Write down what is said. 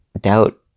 doubt